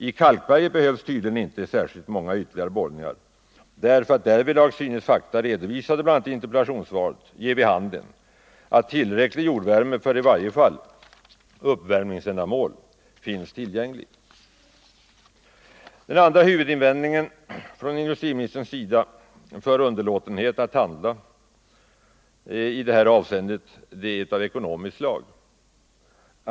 I kalkberget behövs tydligen inte särskilt många ytterligare borrningar — där synes fakta, redovisade bl.a. i interpellationssvaret, ge vid handen att tillräcklig jordvärme för i varje fall uppvärmningsändamål finns tillgänglig. Det andra huvudargumentet från industriministern för underlåtenhet att handla i detta avseende är av ekonomiskt slag.